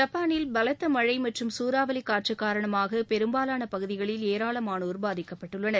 ஜப்பானில் பலத்த மழை மற்றும் சூறாவளிக் காற்று காரணமாக பெரும்பாவான பகுதிகளில் ஏராளமானோர் பாதிக்கப்பட்டுள்ளனர்